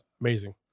amazing